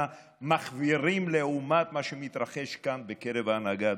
מחווירים לעומת מה שמתרחש כאן בקרב ההנהגה,